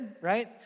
right